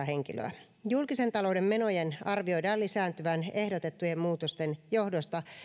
henkilöä julkisen talouden menojen arvioidaan lisääntyvän ehdotettujen muutosten johdosta